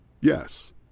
Yes